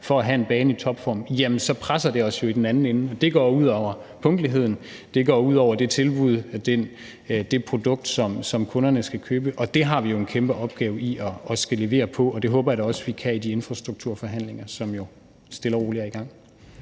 for at have en bane i topform, så presser det os jo i den anden ende. Det går ud over punktligheden. Det går ud over det produkt, som kunderne skal købe, og det har vi en kæmpe opgave i at skulle levere på, og det håber jeg da også vi kan i de infrastrukturforhandlinger, som jo stille og roligt er i gang.